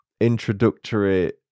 introductory